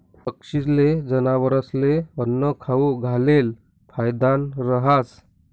पक्षीस्ले, जनावरस्ले आन्नं खाऊ घालेल फायदानं रहास